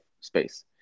space